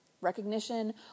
Recognition